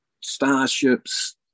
starships